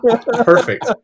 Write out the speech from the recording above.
perfect